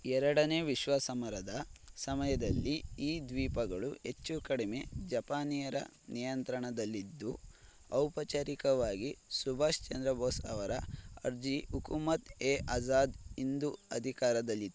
ಎರಡನೇ ವಿಶ್ವ ಸಮರದ ಸಮಯದಲ್ಲಿ ಈ ದ್ವೀಪಗಳು ಹೆಚ್ಚು ಕಡಿಮೆ ಜಪಾನಿಯರ ನಿಯಂತ್ರಣದಲ್ಲಿದ್ದು ಔಪಚಾರಿಕವಾಗಿ ಸುಭಾಷ್ ಚಂದ್ರ ಬೋಸ್ ಅವರ ಅರ್ಜಿ ಹುಕುಮತ್ ಏ ಆಜಾದ್ ಹಿಂದ್ ಅಧಿಕಾರದಲ್ಲಿತ್ತು